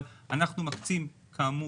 אנחנו מקצים, כאמור,